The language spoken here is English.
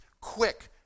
Quick